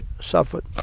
suffered